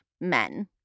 men